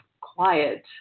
quiet